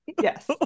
Yes